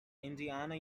indiana